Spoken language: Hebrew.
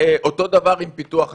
אותו דבר עם פיתוח הכלי.